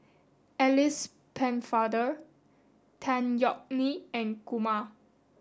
Alice Pennefather Tan Yeok Nee and Kumar